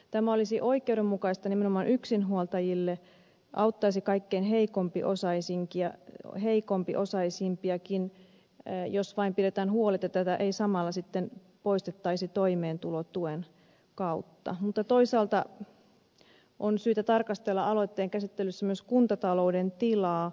tämä olisi oikeudenmukaista nimenomaan yksinhuoltajille auttaisi kaikkein heikompiosaisiakin jos vain pidetään huoli että tätä ei samalla sitten poistettaisi toimeentulotuen kautta mutta toisaalta on syytä tarkastella aloitteen käsittelyssä myös kuntatalouden tilaa